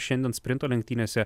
šiandien sprinto lenktynėse